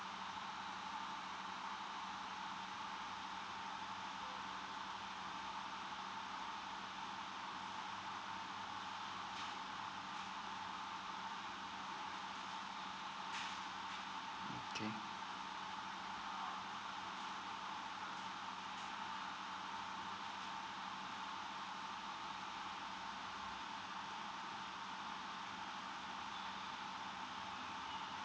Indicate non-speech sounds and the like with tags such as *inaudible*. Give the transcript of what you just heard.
*noise* okay *noise*